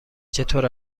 چطور